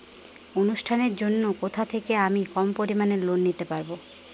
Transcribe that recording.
অনুষ্ঠানের জন্য কোথা থেকে আমি কম পরিমাণের লোন নিতে পারব?